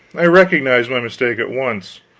i recognized my mistake at once.